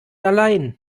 allein